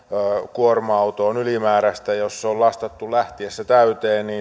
kuorma autoon ja jos se on lastattu lähtiessä täyteen niin